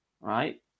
right